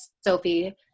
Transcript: sophie